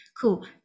cool